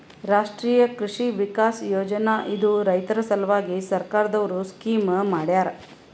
ರಾಷ್ಟ್ರೀಯ ಕೃಷಿ ವಿಕಾಸ್ ಯೋಜನಾ ಇದು ರೈತರ ಸಲ್ವಾಗಿ ಸರ್ಕಾರ್ ದವ್ರು ಸ್ಕೀಮ್ ಮಾಡ್ಯಾರ